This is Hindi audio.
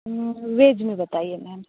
वेज में बताइए मैम